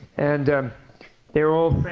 and they were all